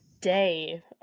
Day